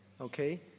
okay